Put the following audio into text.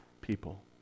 people